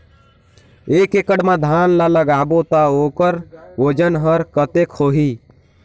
एक एकड़ मा धान ला लगाबो ता ओकर वजन हर कते होही?